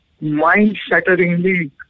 Mind-shatteringly